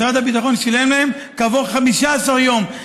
משרד הביטחון שילם להם כעבור 15 יום,